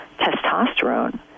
testosterone